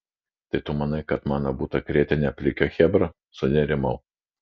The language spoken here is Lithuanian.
tai tu manai kad mano butą krėtė ne plikio chebra sunerimau